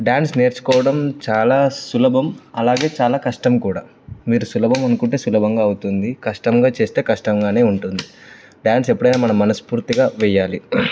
dance నేర్చుకోవడం చాలా సులభం అలాగే చాలా కష్టం కూడా మీరు సులభం అనుకుంటే సులభంగా అవుతుంది కష్టంగా చేస్తే కష్టంగానే ఉంటుంది డ్యాన్స్ ఎప్పుడైనా మనం మనస్ఫూర్తిగా వెయ్యాలి